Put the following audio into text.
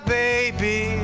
baby